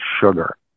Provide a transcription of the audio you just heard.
sugar